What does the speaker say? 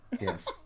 Yes